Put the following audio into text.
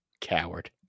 Coward